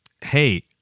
Hey